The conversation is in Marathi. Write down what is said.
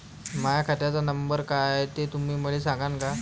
माह्या खात्याचा नंबर काय हाय हे तुम्ही मले सागांन का?